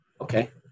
Okay